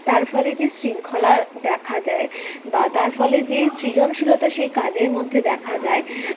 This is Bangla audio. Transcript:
তার ফলে যে শৃঙ্খলা দেখা দেয় বা তার ফলে যে সৃজনশীলতা সেই কাজের মধ্যে দেখা যায়